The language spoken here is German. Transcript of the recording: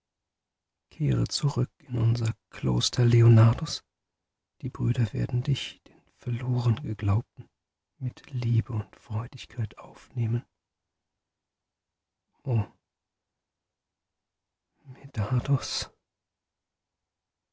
kehre zurück in unser kloster leonardus die brüder werden dich den verloren geglaubten mit liebe und freudigkeit aufnehmen